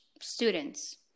students